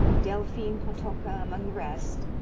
delphine potocka among the rest,